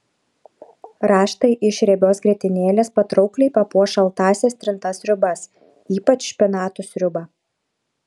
raštai iš riebios grietinėlės patraukliai papuoš šaltąsias trintas sriubas ypač špinatų sriubą